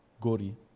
Gori